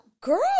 Girl